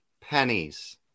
pennies